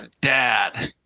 dad